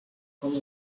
com